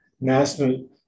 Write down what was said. national